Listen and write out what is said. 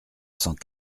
cent